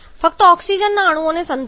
ફક્ત ઓક્સિજનના અણુઓને સંતુલિત કરો